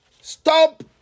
Stop